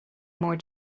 more